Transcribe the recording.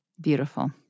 Beautiful